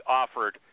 offered